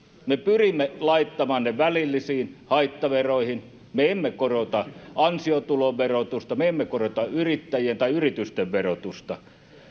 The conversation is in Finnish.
me pyrimme laittamaan ne välillisiin haittaveroihin me emme korota ansiotulon verotusta me emme korota yrittäjien tai yritysten verotusta